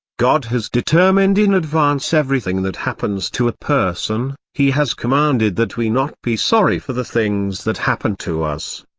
god has determined in advance everything that happens to a person he has commanded that we not be sorry for the things that happen to us,